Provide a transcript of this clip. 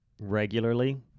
regularly